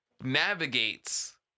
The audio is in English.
navigates